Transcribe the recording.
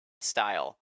style